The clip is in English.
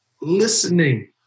listening